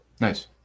Nice